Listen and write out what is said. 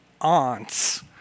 aunts